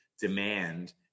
demand